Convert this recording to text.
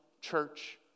church